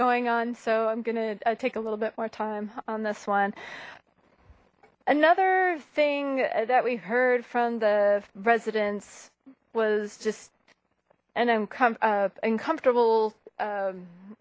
going on so i'm gonna take a little bit more time on this one another thing that we heard from the residents was just and then come up uncomfortable